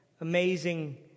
Amazing